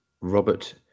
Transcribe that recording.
Robert